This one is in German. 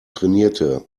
trainierte